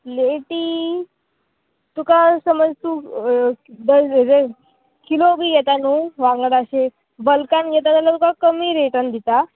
ल्पेटी तुका समज तूं किलो बी येता न्हू वांगडा अशें बल्कान येता जाल्यार तुका कमी रेटान दिता